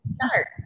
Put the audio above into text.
start